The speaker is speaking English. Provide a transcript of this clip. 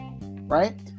Right